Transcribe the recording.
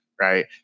right